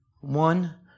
one